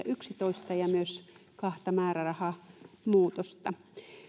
yksitoista ja myös kahta määrärahamuutosta